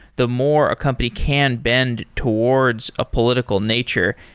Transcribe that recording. the more a company can bend towards a political nature.